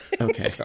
Okay